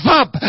up